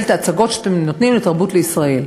את ההצגות שאתם נותנים ל"תרבות לישראל"?